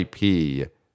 IP